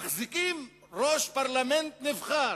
מחזיקים ראש פרלמנט נבחר,